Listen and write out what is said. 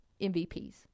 MVPs